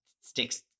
sticks